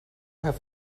have